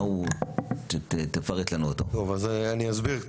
אני אסביר.